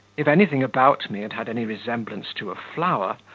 if anything about me had had any resemblance to a flower,